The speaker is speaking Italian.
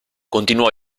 continuò